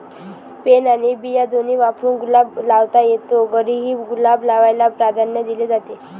pen आणि बिया दोन्ही वापरून गुलाब लावता येतो, घरीही गुलाब लावायला प्राधान्य दिले जाते